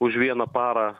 už vieną parą